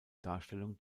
darstellung